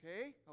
okay